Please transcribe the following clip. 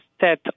set